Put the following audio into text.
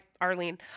arlene